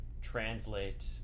translate